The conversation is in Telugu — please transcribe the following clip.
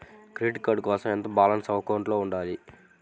క్రెడిట్ కార్డ్ కోసం ఎంత బాలన్స్ అకౌంట్లో ఉంచాలి?